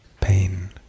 pain